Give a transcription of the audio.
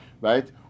right